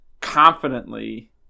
confidently